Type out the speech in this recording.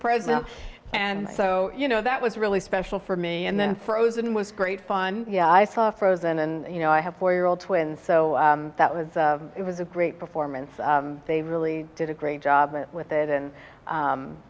present and so you know that was really special for me and then frozen was great fun yeah i saw frozen and you know i have four year old twins so that was it was a great performance they really did a great job with it and